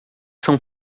são